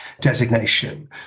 designation